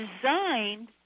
designed